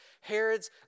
Herod's